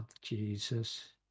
Jesus